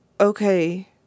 okay